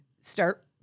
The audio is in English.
Start